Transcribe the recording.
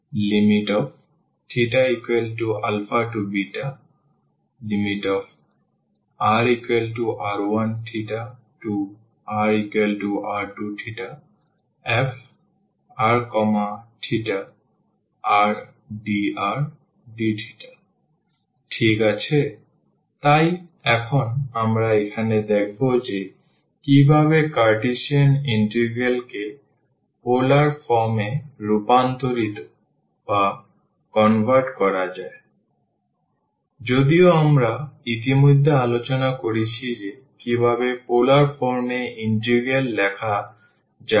θαrr1rr2frθrdrdθ ঠিক আছে তাই এখন আমরা এখানে দেখব যে কিভাবে কার্টেসিয়ান ইন্টিগ্রাল কে পোলার ফর্ম এ রূপান্তর করা যায় যদিও আমরা ইতিমধ্যে আলোচনা করেছি যে কীভাবে পোলার ফর্ম এ ইন্টিগ্রাল লেখা যায়